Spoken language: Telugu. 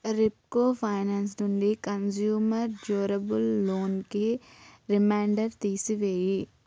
రెప్కో ఫైనాన్స్ నుండి కంజ్యూమర్ డ్యూరబుల్ లోన్ కి రిమైండర్ తీసి వేయి